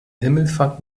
himmelfahrt